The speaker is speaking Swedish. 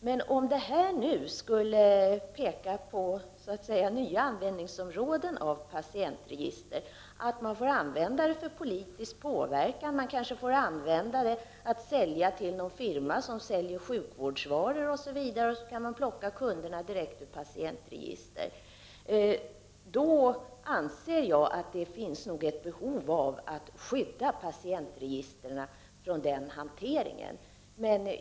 Men om det här skulle peka på nya användningsområden vad gäller patientregister — dvs. att man får använda dessa för politisk påverkan eller kanske för att sälja till någon firma som marknadsför sjukvårdsvaror och att man då kan hitta kunder direkt i patientregister — anser jag nog att det finns ett behov av att skydda patientregistren för sådan hantering.